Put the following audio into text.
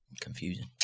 confusing